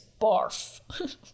barf